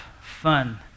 fun